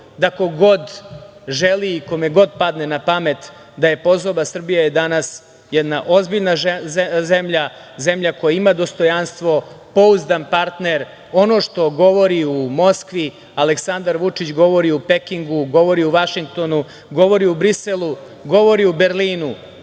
da ko god želi i kome god padne napamet da je pozoba. Srbija je danas jedna ozbiljna zemlja, zemlja koja ima dostojanstvo, pouzdan partner. Ono što govori u Moskvi, Aleksandar Vučić govori u Pekingu, govori u Vašingtonu, govori u Briselu, govori u Berlinu. Dakle,